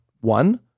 one